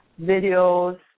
videos